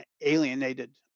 alienated